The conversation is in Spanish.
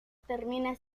termina